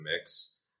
mix